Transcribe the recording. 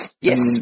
yes